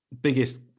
biggest